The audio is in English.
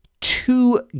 two